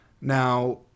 Now